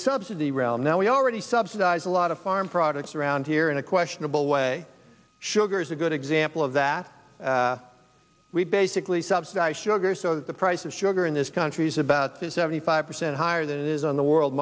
subsidy realm now we already subsidize a lot of farm products around here in a questionable way sugar is a good example of that we basically subsidize sugar so that the price of sugar in this country is about to seventy five percent higher than it is on the world